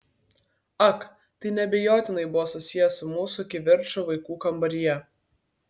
ak tai neabejotinai buvo susiję su mūsų kivirču vaikų kambaryje